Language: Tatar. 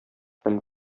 һәм